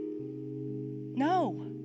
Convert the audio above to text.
No